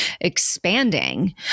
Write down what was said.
expanding